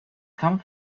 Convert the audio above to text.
come